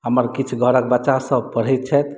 हमर किछु घरक बच्चा सभ पढ़ै छथि